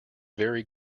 very